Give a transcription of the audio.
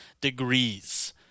degrees